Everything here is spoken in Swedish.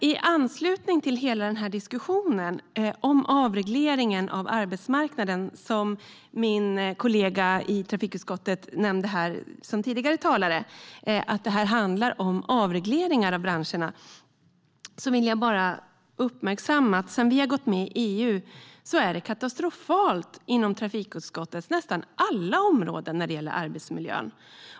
I anslutning till hela diskussionen om avregleringen av arbetsmarknaden - som min kollega i trafikutskottet nämnde tidigare handlar detta om avregleringar av branscherna - vill jag bara uppmärksamma att det sedan vi gick med i EU är katastrofalt på nästan alla trafikutskottets områden när det gäller arbetsmiljön.